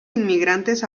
inmigrantes